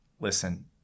listen